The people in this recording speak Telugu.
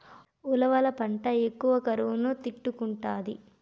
ఉలవల పంట ఎక్కువ కరువును తట్టుకుంటాది